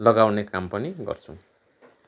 लगाउने काम पनि गर्छौँ